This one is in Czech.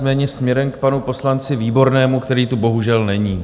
Nicméně směrem k panu poslanci Výbornému, který tu bohužel není.